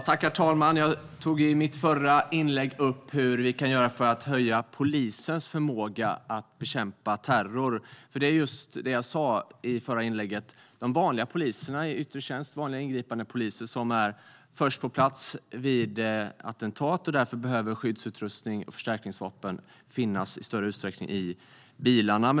Herr talman! Jag tog i mitt förra inlägg upp vad vi kan göra för att höja polisens förmåga att bekämpa terror. Som jag sa är det vanliga ingripandepoliser i yttre tjänst som är först på plats vid attentat, och därför behöver skyddsutrustning och förstärkningsvapen i större utsträckning finnas i bilarna.